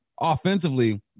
offensively